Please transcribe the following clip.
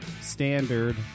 Standard